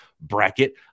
bracket